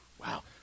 Wow